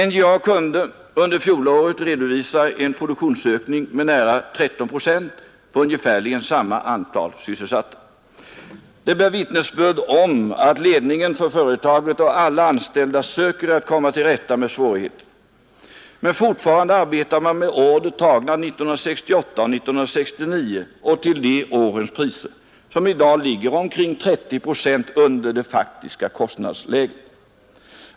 NJA kunde under fjolåret redovisa en produktionsökning med nära 13 procent på ungefärligen samma antal sysselsatta. Det bär vittnesbörd om att ledningen för företaget och alla anställda söker att komma till rätta med svårigheterna. Men fortfarande arbetar man med order tagna 1968 och 1969 och till de årens priser, som i dag ligger omkring 30 procent under det faktiska kostnadsläget.